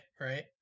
right